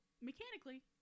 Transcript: mechanically